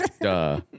Duh